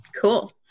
Cool